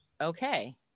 okay